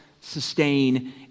sustain